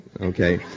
okay